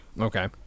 Okay